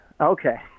okay